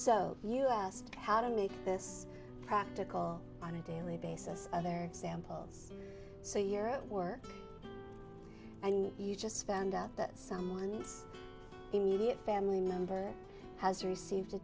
so you asked how to make this practical on a daily basis other examples so you're at work and you just found out that someone in this immediate family member has received a